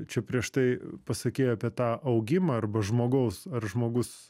čia prieš tai pasakei apie tą augimą arba žmogaus ar žmogus